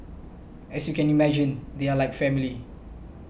as you can imagine they are like family